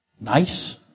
Nice